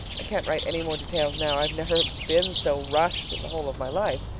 i can't write any more details now i've never been so rushed in the whole of my life.